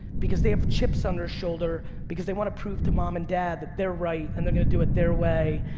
because they have chips on their shoulder because they wanna prove to mom and dad that they're right and they're gonna do it their way,